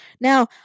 Now